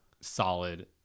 solid